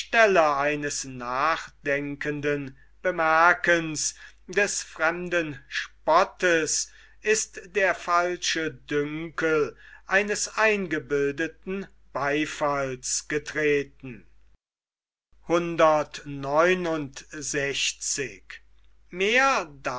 eines nachdenkenden bemerkens des fremden spottes ist der falsche dünkel eines eingebildeten beifalls getreten